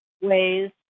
ways